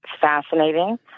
fascinating